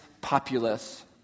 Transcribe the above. populace